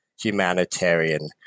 humanitarian